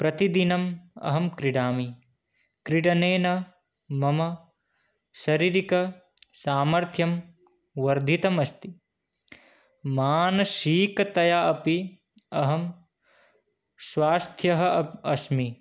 प्रतिदिनम् अहं क्रीडामि क्रीडनेन मम शारीरिकसामार्थ्यं वर्धितमस्ति मानसिकतया अपि अहं स्वस्थः अस्मि